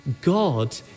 God